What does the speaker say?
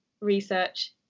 research